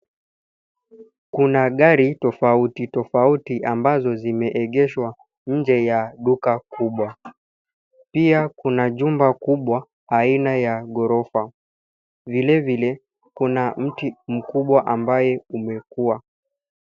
Kuna gari tofautitofauti ambazo zimeegeshwa nje ya duka kubwa. Pia kuna jumba kubwa aina ya ghorofa. Vilevile kuna mtu mkubwa ambaye umekua.